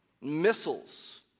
missiles